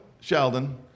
Sheldon